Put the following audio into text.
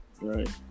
right